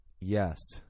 Yes